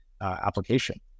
application